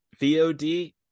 VOD